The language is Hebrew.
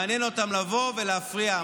מעניין אותם לבוא ולהפריע.